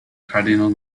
cardinal